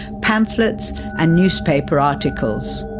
pamphlets and newspaper articles.